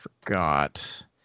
forgot